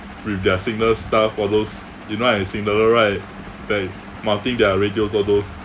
with their signal stuff all those you know I signaller right like mounting their radios all those